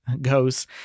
goes